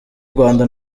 rwanda